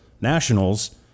nationals